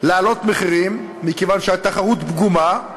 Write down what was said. להעלות מחירים, מכיוון שהתחרות פגומה.